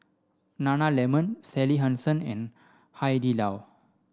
Nana Lemon Sally Hansen and Hai Di Lao